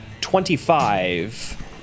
twenty-five